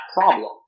problem